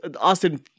Austin